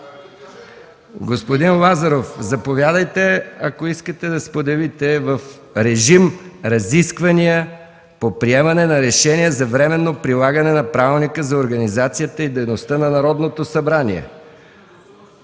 Господин Лазаров, заповядайте, ако искате да споделите в режим разисквания по приемане на Решение за временно прилагане на Правилника за организацията и дейността на Народното събрание.